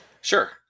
Sure